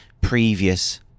previous